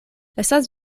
estas